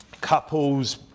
Couples